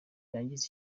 yangiza